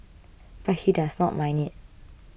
but he does not mind it